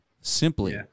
simply